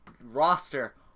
roster